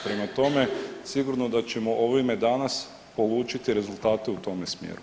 Prema tome, sigurno da ćemo ovime danas polučiti rezultate u tome smjeru.